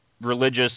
religious